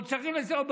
הוא צריך לנסוע,